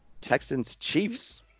Texans-Chiefs